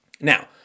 Now